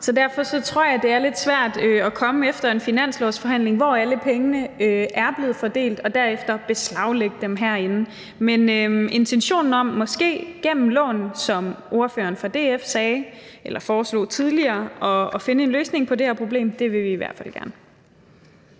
så derfor tror jeg, det er lidt svært at komme efter en finanslovsforhandling, hvor alle pengene er blevet fordelt, og derefter beslaglægge dem herinde. Men intentionen om måske gennem lån at finde en løsning på det her problem, som ordføreren